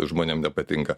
žmonėm nepatinka